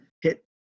hit